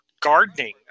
gardening